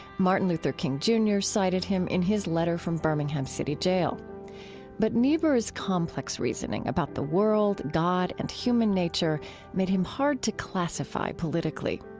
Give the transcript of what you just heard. martin luther king jr. cited him in his letter from birmingham city jail but niebuhr's complex reasoning about the world, god, and human nature made him hard to classify politically.